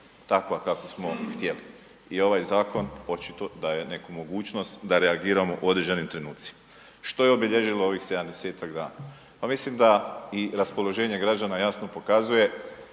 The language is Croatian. takva kakvu smo htjeli. I ovaj zakon očito daje neku mogućnost da reagiramo u određenim trenucima. To je obilježilo ovih 70-tak dana? Pa mislim da i raspoloženje građana jasno pokazuje